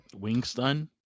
Wingstun